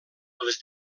pels